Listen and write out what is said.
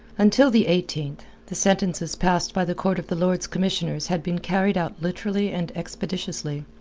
until the eighteenth, the sentences passed by the court of the lords commissioners had been carried out literally and expeditiously.